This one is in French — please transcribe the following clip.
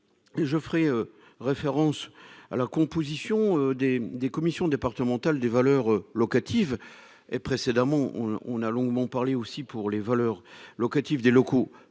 je ferai référence à la composition des commissions départementales des valeurs locatives et précédemment, on a longuement parlé aussi pour les valeurs locatives des locaux